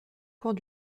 cours